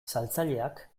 saltzaileak